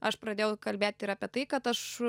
aš pradėjau kalbėti ir apie tai kad aš